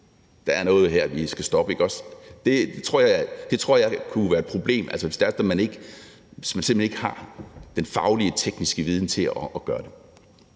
sige, at noget skal stoppes, tror jeg kunne være et problem, hvis det er sådan, at man simpelt hen ikke har den faglige tekniske viden til at gøre det.